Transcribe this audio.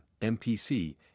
MPC